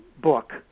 book